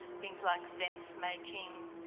things like sense making,